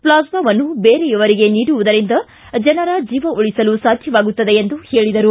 ಪ್ಲಾಸ್ನಾವನ್ನು ಬೇರೆಯವರಿಗೆ ನೀಡುವುದರಿಂದ ಜನರ ಜೀವ ಉಳಿಸಲು ಸಾಧ್ಯವಾಗುತ್ತದೆ ಎಂದು ಹೇಳಿದರು